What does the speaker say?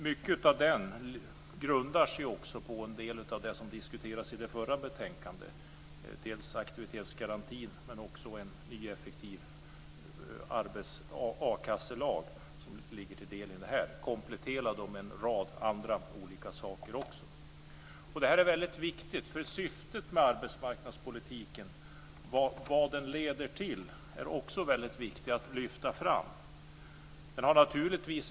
Mycket av den grundar sig också på en del av det som diskuterades i det förra betänkandet, dels aktivitetsgarantin, dels en ny och effektiv akasselag - kompletterad med en rad andra olika saker. Detta är viktigt. Syftet med arbetsmarknadspolitiken och vad den leder till är viktigt att lyfta fram.